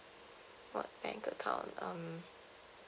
what bank account um